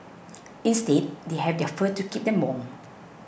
instead they have their fur to keep them warm